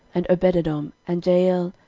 and obededom, and jeiel,